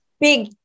big